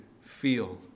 feel